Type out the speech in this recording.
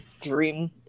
dream